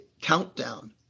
countdown